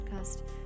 podcast